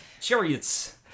chariots